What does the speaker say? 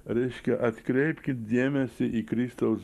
reiškia atkreipkit dėmesį į kristaus